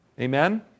Amen